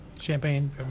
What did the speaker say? Champagne